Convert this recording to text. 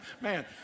Man